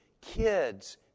kids